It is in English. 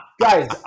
Guys